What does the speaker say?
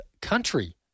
country